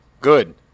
Good